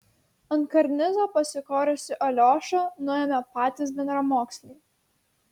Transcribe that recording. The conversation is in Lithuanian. ant karnizo pasikorusį aliošą nuėmė patys bendramoksliai